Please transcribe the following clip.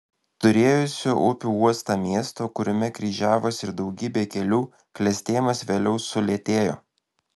turėjusio upių uostą miesto kuriame kryžiavosi ir daugybė kelių klestėjimas vėliau sulėtėjo